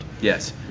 Yes